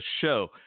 Show